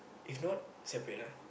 if not separately lah